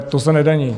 To se nedaní.